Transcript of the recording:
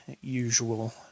usual